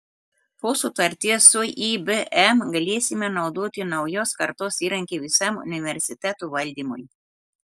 po sutarties su ibm galėsime naudoti naujos kartos įrankį visam universiteto valdymui